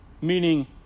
Meaning